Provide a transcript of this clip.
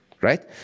right